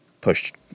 pushed